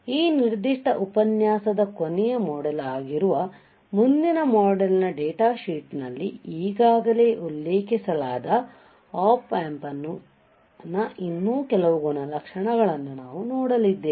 ಈ ನಿರ್ದಿಷ್ಟ ಉಪನ್ಯಾಸದ ಕೊನೆಯ ಮಾಡ್ಯೂಲ್ ಆಗಿರುವ ಮುಂದಿನ ಮಾಡ್ಯೂಲ್ನ ಡೇಟಾ ಶೀಟ್ನಲ್ಲಿ ಈಗಾಗಲೇ ಉಲ್ಲೇಖಿಸಲಾದ Op Amp ನ ಇನ್ನೂ ಕೆಲವು ಗುಣಲಕ್ಷಣಗಳನ್ನು ನಾವು ನೋಡುಲಿದ್ದೇವೆ